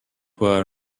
were